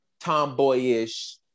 tomboyish